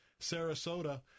Sarasota